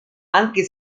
anche